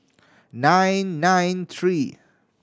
nine nine three